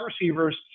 receivers